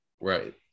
right